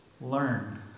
learn